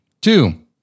Two